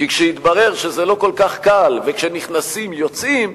כי כשיתברר שזה לא כל כך קל וכשנכנסים יוצאים,